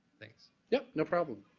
thanks yeah no problem.